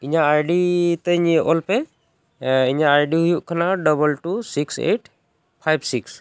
ᱤᱧᱟᱹᱜ I D ᱛᱤᱧ ᱚᱞ ᱯᱮ ᱤᱧᱟᱹᱜ ᱟᱭ ᱰᱤ ᱦᱩᱭᱩᱜ ᱠᱟᱱᱟ double two six eight five six